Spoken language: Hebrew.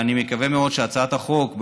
ואני מקווה מאוד שהצעת החוק,